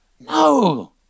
No